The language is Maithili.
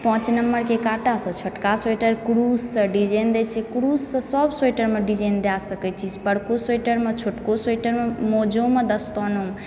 पाँच नम्बरके काँटासँ छोटका स्वेटर कुरूससँ डिजाइन दैत छियै कुरूससँ सभ स्वेटरमे डिजाइन दए सकैत छी बड़को स्वेटरमे छोटको स्वेटरमे मोजोमे दस्तानोमे